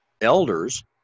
Elders